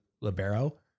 Libero